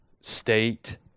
state